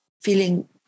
feeling